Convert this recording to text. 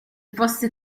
fosse